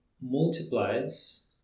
multiplies